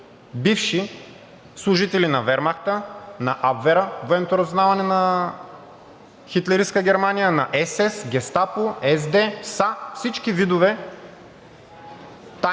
бивши служители на Вермахта, на Абвер-а – военното разузнаване на хитлеристка Германия, на СС, Гестапо, СD, СА, всички видове тайни